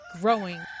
growing